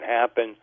happen